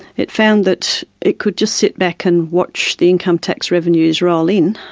it found that it could just sit back and watch the income tax revenues roll in